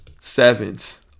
Sevens